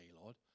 Lord